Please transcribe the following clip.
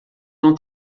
não